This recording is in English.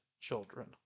children